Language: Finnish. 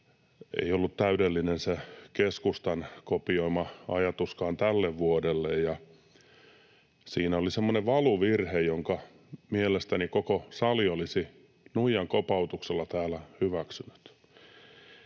ei ollut täydellinen se keskustan kopioima ajatuskaan tälle vuodelle. Siinä oli semmoinen valuvirhe, jonka korjaamisen mielestäni koko sali olisi nuijan kopautuksella täällä hyväksynyt.